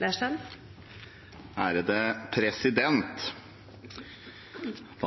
Da